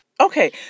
Okay